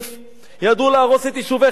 ידעו להרוס את יישובי חבל-ימית,